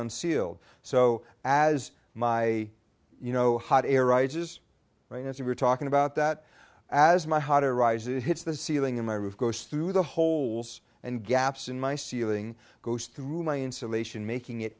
on sealed so as my you know hot air rises right as you were talking about that as my hot air rises it hits the ceiling in my roof goes through the holes and gaps in my ceiling goes through my insulation making it